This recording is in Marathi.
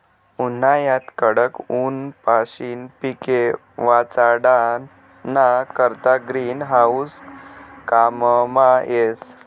उन्हायाना कडक ऊनपाशीन पिके वाचाडाना करता ग्रीन हाऊस काममा येस